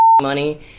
money